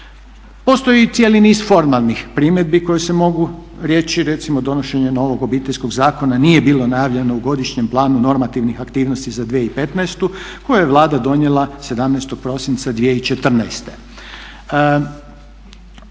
Postoji i cijeli niz formalnih primjedbi koje se mogu reći recimo donošenje novog Obiteljskog zakona nije bilo najavljeno u godišnjem planu normativnih aktivnosti za 2015. koje je Vlada donijela 17. prosinca 2014.